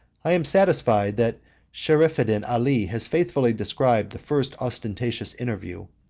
i am satisfied that sherefeddin ali has faithfully described the first ostentatious interview,